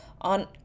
on